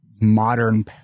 modern